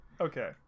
okay